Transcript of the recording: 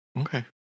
Okay